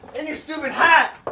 and your stupid hat.